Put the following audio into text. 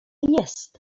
jest